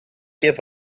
give